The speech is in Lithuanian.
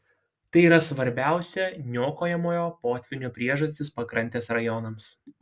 tai yra svarbiausia niokojamojo potvynio priežastis pakrantės rajonams